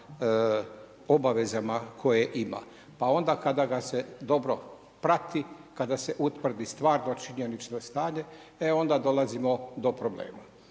obavezama koje ima. Pa onda kada ga se dobro prati, kada se utvrdi stvarno činjenično stanje, e onda dolazimo do problema.